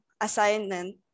assignment